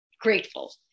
grateful